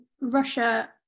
Russia